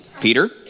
Peter